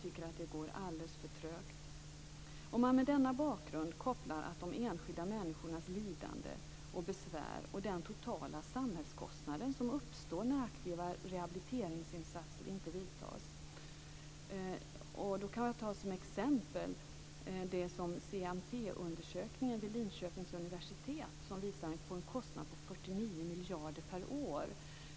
Det går alldeles för trögt. Till denna bakgrund kan man koppla de enskilda människornas lidande och besvär och den totala samhällskostnaden som uppstår när aktiva rehabiliteringsinsatser inte vidtas. Som exempel kan nämnas CMT-undersökningen vid Linköpings universitet, som visar på en kostnad på 49 miljarder per år.